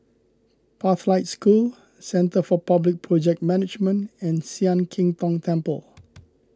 Pathlight School Centre for Public Project Management and Sian Keng Tong Temple